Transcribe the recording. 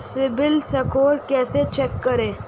CIBIL score कैसे check करें?